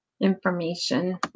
information